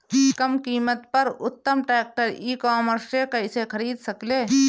कम कीमत पर उत्तम ट्रैक्टर ई कॉमर्स से कइसे खरीद सकिले?